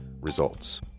Results